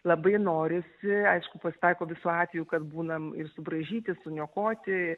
labai norisi aišku pasitaiko visų atvejų kad būnam ir subraižyti suniokoti